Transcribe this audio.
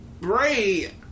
Bray